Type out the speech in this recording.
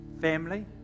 family